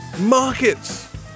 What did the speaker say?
markets